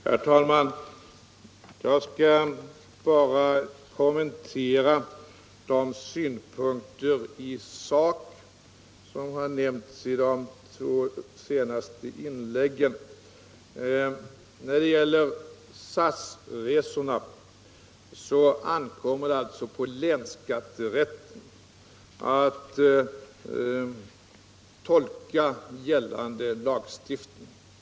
Herr talman! Jag skall bara kommentera de synpunkter i sak som framfördes i de två senaste inläggen. När det gäller SAS-resorna ankommer det på länsskatterätten att tolka gällande lagstiftning.